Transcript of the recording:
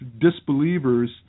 disbelievers